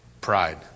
pride